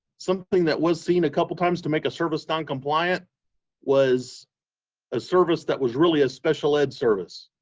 some thing that was seen a couple times to make service noncompliant was a service that was really a special ed service.